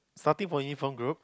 starting from uniform group